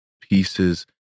pieces